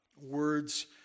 words